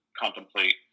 contemplate